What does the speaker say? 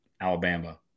Alabama